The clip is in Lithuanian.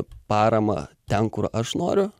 paramą ten kur aš noriu